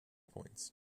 points